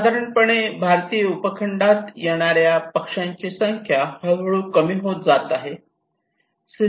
साधारणपणे भारतीय उपखंडात येणारे पक्ष्यांची संख्या हळूहळू कमी होत जात आहे